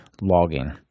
logging